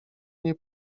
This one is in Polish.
nie